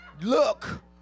look